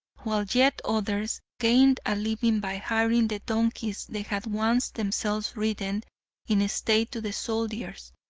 while yet others gained a living by hiring the donkeys they had once themselves ridden in state to the soldiers,